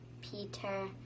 Peter